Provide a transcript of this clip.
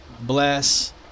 bless